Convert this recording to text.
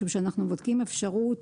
משום שאנחנו בודקים אפשרות,